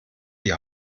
die